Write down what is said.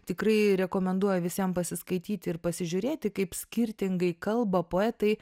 tikrai rekomenduoju visiem pasiskaityti ir pasižiūrėti kaip skirtingai kalba poetai